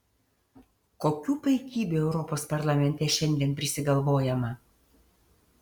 kokių paikybių europos parlamente šiandien prisigalvojama